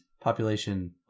population